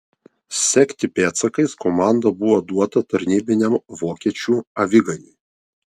sekti pėdsakais komanda buvo duota tarnybiniam vokiečių aviganiui